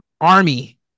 Army